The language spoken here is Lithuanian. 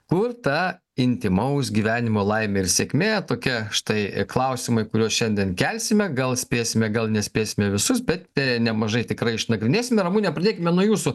kur ta intymaus gyvenimo laimė ir sėkmė tokia štai klausimai kuriuos šiandien kelsime gal spėsime gal nespėsime visus bet nemažai tikrai išnagrinėsime ramunė pradėkime nuo jūsų